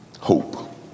Hope